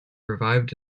revived